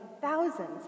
thousands